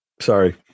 sorry